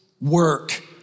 work